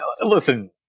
listen